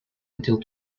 until